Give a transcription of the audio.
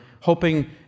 hoping